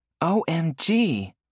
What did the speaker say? OMG